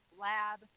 Lab